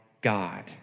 God